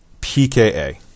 PKA